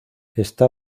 esta